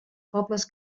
pobles